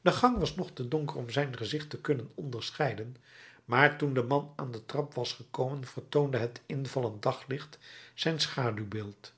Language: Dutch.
de gang was nog te donker om zijn gezicht te kunnen onderscheiden maar toen de man aan de trap was gekomen vertoonde het invallend daglicht zijn schaduwbeeld